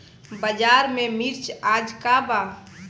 बाजार में मिर्च आज का बा?